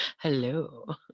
Hello